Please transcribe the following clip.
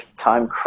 time